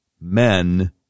men